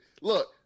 Look